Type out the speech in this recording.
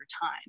time